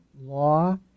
law